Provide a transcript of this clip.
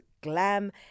glam